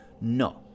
No